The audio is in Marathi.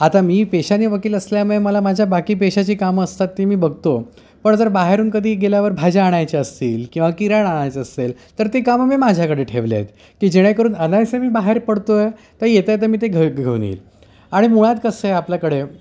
आता मी पेशाने वकील असल्यामुळे मला माझ्या बाकी पेशाची कामं असतात ती मी बघतो पण जर बाहेरून कधी गेल्यावर भाज्या आणायच्या असतील किंवा किराण आणायचा असेल तर ते कामं मी माझ्याकडे ठेवले आहेत की जेणेकरून अनायसे मी बाहेर पडतो आहे तर येता येता मी ते घ घेऊन येईल आणि मुळात कसं आहे आपल्याकडे